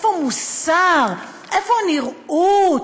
איפה המוסר, איפה הנראות?